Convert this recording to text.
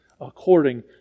according